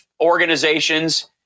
organizations